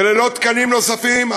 וללא תקנים נוספים,